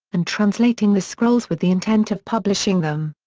and translating the scrolls with the intent of publishing them.